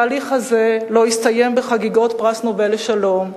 התהליך הזה לא יסתיים בחגיגות פרס נובל לשלום,